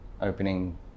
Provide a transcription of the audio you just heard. opening